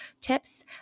tips